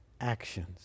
actions